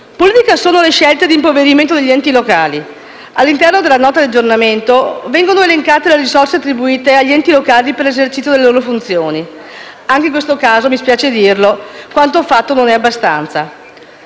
Politiche sono altresì le scelte di impoverimento degli enti locali. All'interno della Nota di aggiornamento vengono elencate le risorse attribuite agli enti locali per l'esercizio delle loro funzioni. Anche in questo caso, spiace dirlo, quanto fatto non è abbastanza.